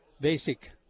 basic